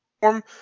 form